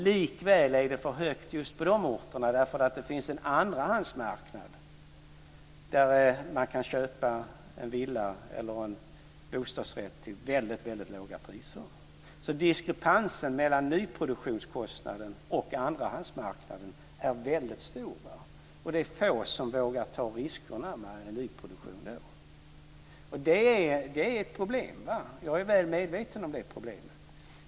Likväl är det för högt just på de orterna, därför att det finns en andrahandsmarknad där man kan köpa en villa eller en bostadsrätt till mycket låga priser. Diskrepansen mellan nyproduktionskostnaden och andrahandsmarknaden är väldigt stor. Det är få som vågar ta risken med nyproduktion då. Det är ett problem. Jag är väl medveten om det problemet.